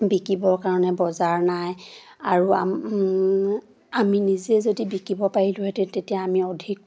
বিকিবৰ কাৰণে বজাৰ নাই আৰু আম্ আমি নিজে যদি বিকিব পাৰিলোহেঁতেন তেতিয়া আমি অধিক